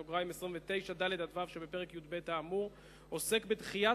42(29)(ד)-(ו) שבפרק י"ב האמור עוסק בדחיית